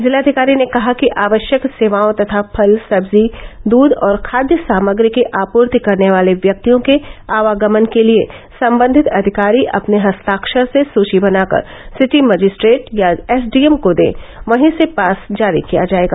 जिलाधिकारी ने कहा कि आवश्यक सेवाओं तथा फल सब्जी दूध और खाद्य साम्रगी की आपूर्ति करने वाले व्यक्तियों के आवागमन के लिए संबंधित अधिकारी अपने हस्ताक्षर से सुची बनाकर सिटी मजिस्ट्रेट या एसडीएम को दें वहीं से पास जारी किया जाएगा